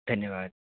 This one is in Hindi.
धन्यवाद